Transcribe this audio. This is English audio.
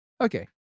Okay